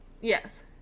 Yes